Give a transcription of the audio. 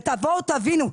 תבינו,